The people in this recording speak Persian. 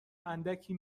اندکی